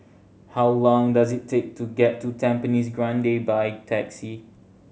how long does it take to get to Tampines Grande by taxi